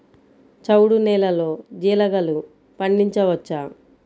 చవుడు నేలలో జీలగలు పండించవచ్చా?